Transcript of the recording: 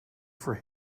for